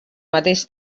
mateix